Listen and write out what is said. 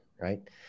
right